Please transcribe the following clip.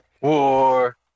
War